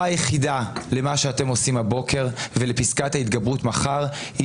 למה שאתם עושים הבוקר ולפסקתה ההתגברות מחר היא